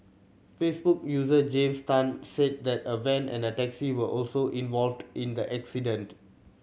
Facebook user James Tan said that a van and a taxi were also involved in the accident